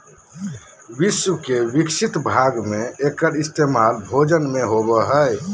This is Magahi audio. विश्व के विकसित भाग में एकर इस्तेमाल भोजन में होबो हइ